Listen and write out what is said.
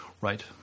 Right